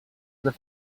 that